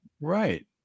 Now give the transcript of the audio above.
Right